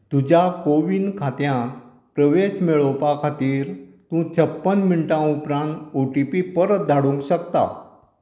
तुज्या कोवीन खात्यांत प्रवेश मेळोवपा खातीर तूं छप्पन मिणटां उपरांत ओटीपी परत धाडूंक शकता